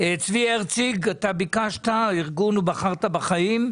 צבי הרציג, ארגון ובחרת בחיים.